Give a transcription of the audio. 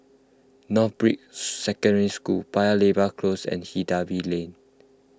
Northbrooks Secondary School Paya Lebar Close and Hindhede Lane